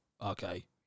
okay